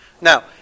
Now